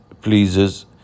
pleases